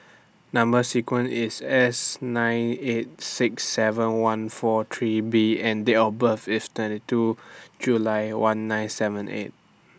Number sequence IS S nine eight six seven one four three B and Date of birth IS twenty two July one nine seven eight